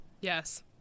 yes